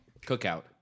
Cookout